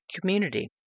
community